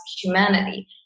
humanity